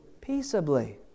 Peaceably